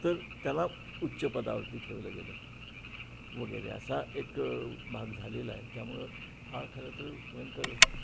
तर त्याला उच्चपदावरती ठेवलं गेलं वगैरे असा एक भाग झालेला आहे त्यामुळं हा खरं तर भयंकर